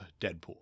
Deadpool